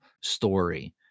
story